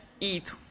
eat